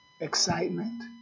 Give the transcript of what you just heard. Excitement